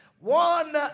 One